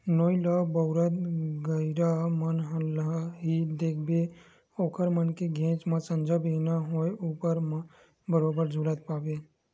नोई ल बउरत गहिरा मन ल ही देखबे ओखर मन के घेंच म संझा बिहनियां होय ऊपर म बरोबर झुलत पाबे